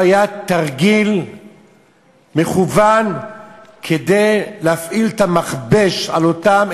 היה תרגיל מכוון כדי להפעיל את המכבש על אותם